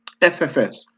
FFS